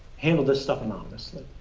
handle this stuff anonymously.